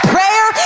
Prayer